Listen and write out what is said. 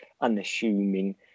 unassuming